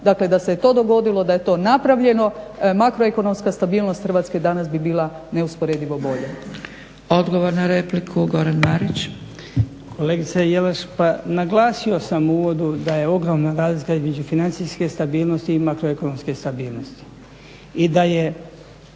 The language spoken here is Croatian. Dakle da se to dogodilo, da je to napravljeno makroekonomska stabilnost Hrvatske danas bi bila neusporedivo bolja. **Zgrebec, Dragica (SDP)** Odgovor na repliku, Goran Marić. **Marić, Goran (HDZ)** Kolegice Jelaš, pa naglasio sam u uvodu da je ogromna razlika između financijske stabilnosti i makroekonomske stabilnosti